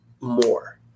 more